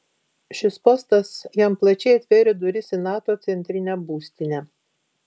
šis postas jam plačiai atvėrė duris į nato centrinę būstinę